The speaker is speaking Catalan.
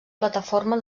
plataforma